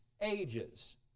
ages